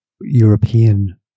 European